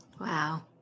Wow